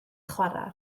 chwarae